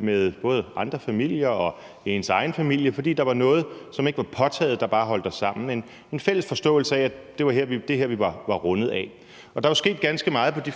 med både andre familier og ens egen familie, fordi der var noget, som ikke var påtaget, der bare holdt os sammen – en fælles forståelse af, at det var det her, vi var rundet af. Der er jo sket ganske meget på de